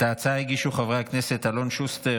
את ההצעה הגישו חברי הכנסת אלון שוסטר,